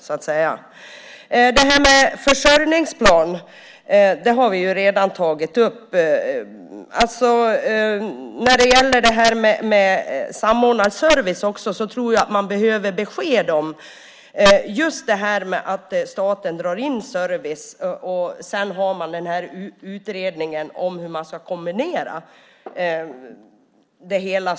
Detta med en försörjningsplan har vi redan tagit upp. När det gäller samordnad service tror jag att det behövs ett besked, eftersom staten drar in service och man sedan har utredningen om hur man ska kombinera det hela.